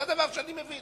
ואת זה אני מבין,